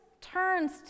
turns